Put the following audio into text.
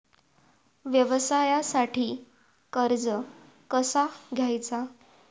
व्यवसायासाठी कर्ज कसा घ्यायचा?